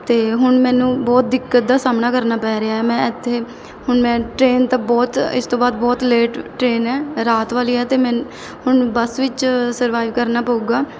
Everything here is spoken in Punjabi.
ਅਤੇ ਹੁਣ ਮੈਨੂੰ ਬਹੁਤ ਦਿੱਕਤ ਦਾ ਸਾਹਮਣਾ ਕਰਨਾ ਪੈ ਰਿਹਾ ਮੈਂ ਇੱਥੇ ਹੁਣ ਮੈਂ ਟ੍ਰੇਨ ਤਾਂ ਬਹੁਤ ਇਸ ਤੋਂ ਬਾਅਦ ਬਹੁਤ ਲੇਟ ਟ੍ਰੇਨ ਹੈ ਰਾਤ ਵਾਲੀ ਹੈ ਅਤੇ ਮੈਨੂੰ ਹੁਣ ਬੱਸ ਵਿੱਚ ਸਰਵਾਈਵ ਕਰਨਾ ਪਊਗਾ